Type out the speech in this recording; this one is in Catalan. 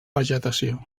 vegetació